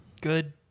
good